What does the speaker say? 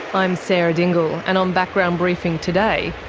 i'm sarah dingle, and on background briefing today,